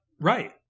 right